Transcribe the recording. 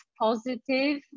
positive